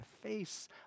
face